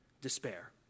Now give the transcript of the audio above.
despair